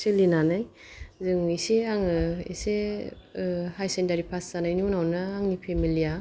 सोलिनानै जों इसे आङो इसे हायेर सेकेन्डारि पास जानायनि उनावनो आंनि फेमिलिया